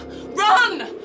Run